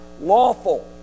lawful